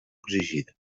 exigida